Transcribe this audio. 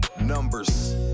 numbers